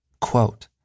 quote